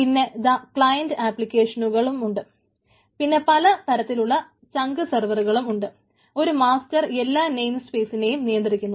പിന്നെ ദാ ക്ലയന്റ് ആപ്ലിക്കേഷനുകളുണ്ട് നിയന്ത്രിക്കുന്നു